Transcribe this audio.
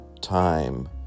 time